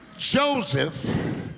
Joseph